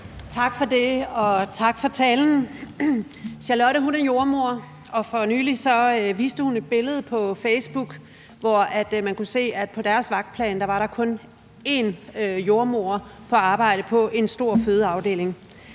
Tak for det, og tak for talen. Charlotte er jordemoder, og for nylig viste hun et billede på Facebook, hvor man kunne se, at der på deres vagtplan kun var én jordemoder på arbejde på en stor fødeafdeling.